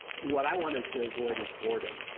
what i wanted to avoid is boredom.